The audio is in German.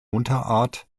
unterart